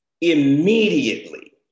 immediately